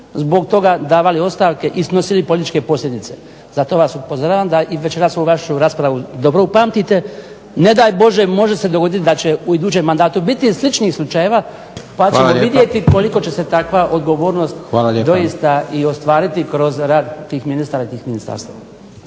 zbog toga davali ostavke i snosili političke posljedice. Zato vas upozoravam da i večeras ovu vašu raspravu dobro upamtite. Ne daj Bože može se dogodit da će u idućem mandatu biti sličnih slučajeva pa ćemo vidjeti koliko će se takva odgovornost doista i ostvariti kroz rad tih ministara i tih ministarstava.